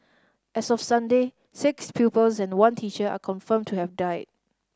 as of Sunday six pupils and one teacher are confirmed to have died